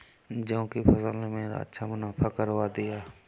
जौ की फसल ने मेरा अच्छा मुनाफा करवा दिया